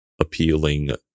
appealing